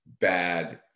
bad